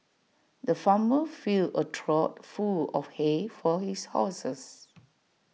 the farmer filled A trough full of hay for his horses